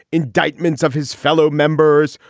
indictments of his fellow members,